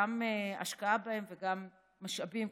גם השקעה בהם וגם משאבים,